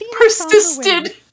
persisted